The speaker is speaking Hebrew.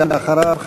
ואחריו,